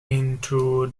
into